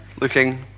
looking